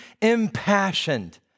impassioned